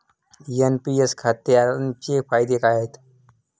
NPS खात्याचे फायदे काय आहेत?